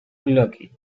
lucky